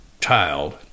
child